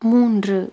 மூன்று